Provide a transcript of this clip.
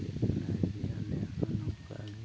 ᱟᱞᱮᱭᱟᱜ ᱦᱚᱸ ᱱᱚᱝᱠᱟᱱ